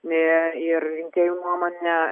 ir rinkėjų nuomone